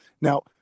Now